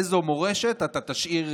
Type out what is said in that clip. איזה מורשת אתה תשאיר,